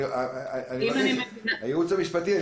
הייעוץ המשפטי,